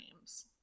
names